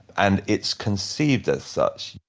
and it's conceived as such,